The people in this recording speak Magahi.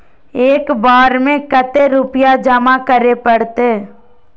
एक बार में कते रुपया जमा करे परते?